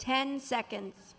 ten seconds